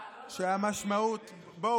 להעלות או להוריד,